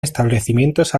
establecimientos